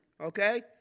okay